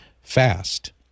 fast